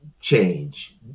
change